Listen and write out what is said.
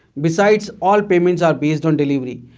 besides all payments are based on delivery.